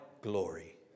glory